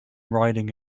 riding